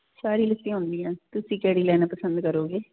ਸਾਰੀ ਲੱਸੀ ਹੁੰਦੀ ਆ ਤੁਸੀਂ ਕਿਹੜੀ ਲੈਣਾ ਪਸੰਦ ਕਰੋਗੇ